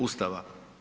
Ustava.